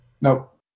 Nope